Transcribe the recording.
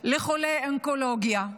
לחולי אונקולוגיה.